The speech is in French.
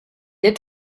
est